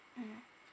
um